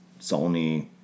Sony